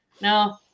no